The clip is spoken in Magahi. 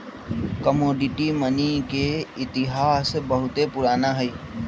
कमोडिटी मनी के इतिहास बहुते पुरान हइ